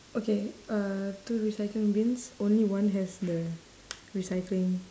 okay uh two recycling bins only one has the recycling